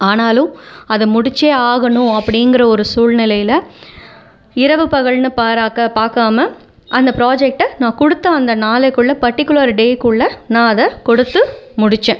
ஆனாலும் அதை முடிச்சே ஆகணும் அப்படிங்கிற ஒரு சூல்நிலைல இரவு பகல்னு பாராக்க பார்க்காம அந்த ப்ராஜெக்ட்டை நான் கொடுத்த அந்த நாளைக்குள் பர்ட்டிகுலர் டேகுள்ள நான் அதை கொடுத்து முடிச்சேன்